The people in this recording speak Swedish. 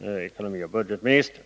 ekonomioch budgetministern.